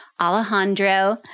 Alejandro